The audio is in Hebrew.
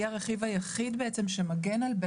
הם צריכים לנהל את העבודה,